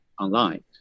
online